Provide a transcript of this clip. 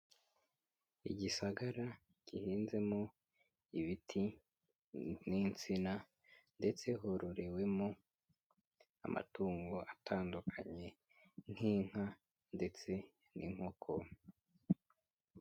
Igisagara gihinzemo ibiti n'insina ndetse hororewemo amatungo atandukanye nk'inka ndetse n'inkoko.